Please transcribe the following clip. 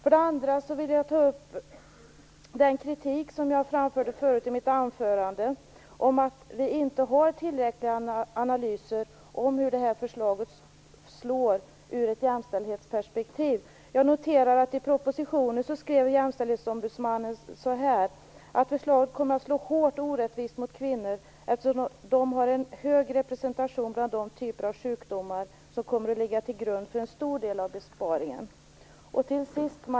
Jag vill också ta upp den kritik som jag framförde i mitt anförande om att vi inte har tillräckliga analyser av hur det här förslaget slår ur ett jämställdhetsperspektiv. Jag noterar att Jämställdhetsombudsmannen skriver följande, enligt propositionen: Förslaget kommer att slå hårt och orättvist mot kvinnor, eftersom de har en hög representation bland de typer av sjukdomar som kommer att ligga till grund för en stor del av besparingen.